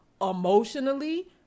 emotionally